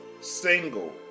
single